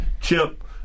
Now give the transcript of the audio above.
Chip –